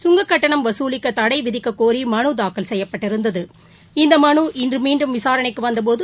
கங்கக்கட்டணம் வசூலிக்கதடைவிதிக்கக்கோரிமனுதாக்கல் செய்யப்பட்டிரந்தது இந்தமனு இன்றுமீண்டும் விசாரணைக்குவந்தபோது